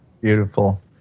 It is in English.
beautiful